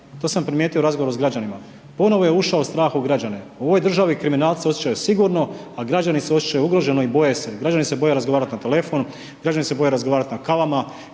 to sam primijetio u razgovoru s građanima, ponovno je ušao strah u građane, u ovoj državi kriminalci se osjećaju sigurno a građani se osjećaju ugroženo i boje se. Građani se boje razgovarati na telefon, građani se boje razgovarati na kavama,